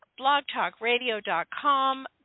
blogtalkradio.com